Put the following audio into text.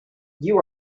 you